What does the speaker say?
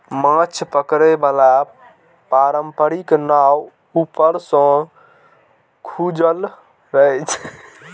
माछ पकड़े बला पारंपरिक नाव ऊपर सं खुजल रहै छै